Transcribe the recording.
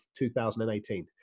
2018